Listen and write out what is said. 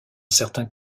certains